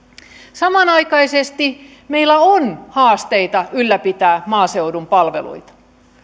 samanaikaisesti meillä on haasteita ylläpitää maaseudun palveluita